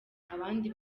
bandi